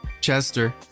Chester